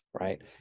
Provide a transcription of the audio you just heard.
right